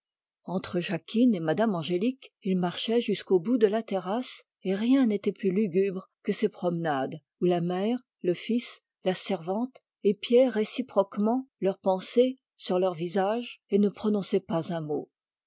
entre jacquine et mme angélique il marchait jusqu'au bout de la terrasse et rien n'était plus lugubre que ces promenades où la mère le fils la servante épiaient réciproquement leurs pensées sur leurs visages et ne prononçaient pas un mot